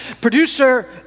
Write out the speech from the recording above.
Producer